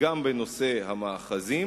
גם בנושא המאחזים,